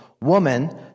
woman